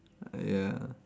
ah ya